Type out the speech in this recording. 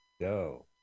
Go